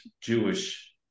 Jewish